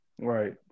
right